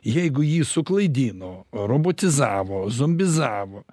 jeigu jį suklaidino robotizavo zombizavo